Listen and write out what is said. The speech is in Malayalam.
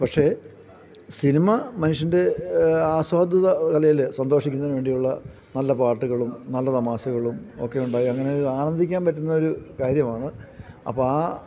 പക്ഷേ സിനിമ മനുഷ്യൻ്റെ ആസ്വാദ്യത കലയിൽ സന്തോഷിക്കുന്നതിന് വേണ്ടിയുള്ള നല്ല പാട്ടുകളും നല്ല തമാശകളും ഒക്കെ ഉണ്ടായി അങ്ങനെ ആനന്ദിക്കാൻ പറ്റുന്ന ഒരു കാര്യമാണ് അപ്പം ആ